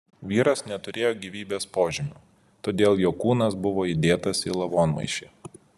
vyras neturėjo gyvybės požymių todėl jo kūnas buvo įdėtas į lavonmaišį